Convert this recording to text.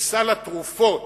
בסל התרופות,